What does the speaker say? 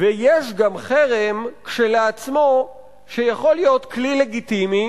ויש גם חרם כשלעצמו שיכול להיות כלי לגיטימי